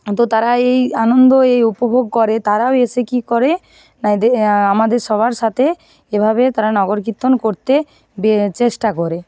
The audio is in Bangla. তো তারা এই আনন্দ এই উপভোগ করে তারাও এসে কি করে না আমাদের সবার সাথে এভাবে তারা নগরকীর্তন করতে চেষ্টা করে